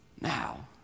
Now